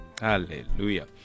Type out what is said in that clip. hallelujah